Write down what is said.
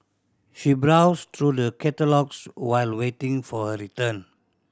she browsed through the catalogues while waiting for her return